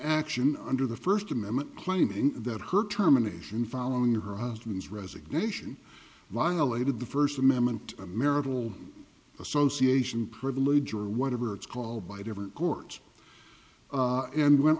action under the first amendment claiming that her terminations following her husband's resignation violated the first amendment a marital association privilege or whatever it's called by different courts and when